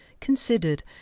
considered